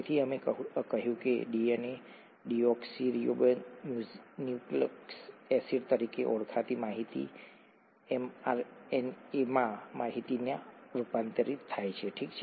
તેથી અમે કહ્યું કે ડીએનએ ડીઓક્સિરિબોન્યુક્લિક એસિડ તરીકે ઓળખાતી માહિતી એમઆરએનએમાં માહિતીમાં રૂપાંતરિત થાય છે ઠીક છે